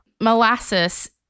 Molasses